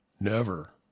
Never